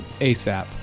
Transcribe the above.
ASAP